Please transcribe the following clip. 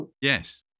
Yes